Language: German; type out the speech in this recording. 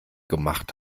gemacht